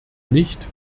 nicht